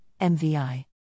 MVI